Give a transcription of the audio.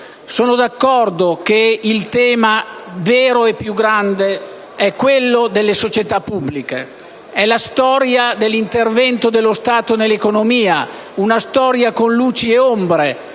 Sono d'accordo che il tema vero e più grande sia quello delle società pubbliche. È la storia dell'intervento dello Stato nell'economia, una storia con luci e ombre,